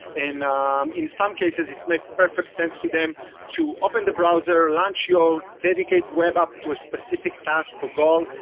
and in some cases, it makes perfect sense for them to open the browser, launch your dedicated web app to a specific task or goal,